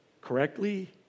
correctly